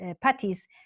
parties